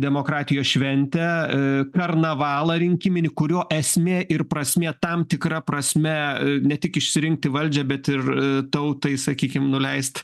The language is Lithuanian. demokratijos šventę karnavalą rinkiminį kurio esmė ir prasmė tam tikra prasme ne tik išsirinkti valdžią bet ir tautai sakykim nuleist